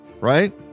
right